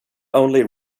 only